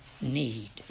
need